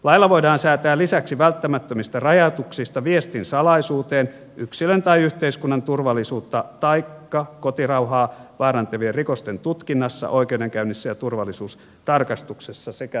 lailla voidaan säätää lisäksi välttämättömistä rajoituksista viestin salaisuuteen yksilön tai yhteiskunnan turvallisuutta taikka kotirauhaa vaarantavien rikosten tutkinnassa oikeudenkäynnissä ja turvallisuustarkastuksessa sekä vapaudenmenetyksen aikana